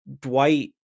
Dwight